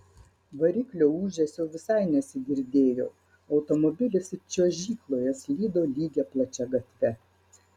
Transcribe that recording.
variklio ūžesio visai nesigirdėjo automobilis it čiuožykloje slydo lygia plačia gatve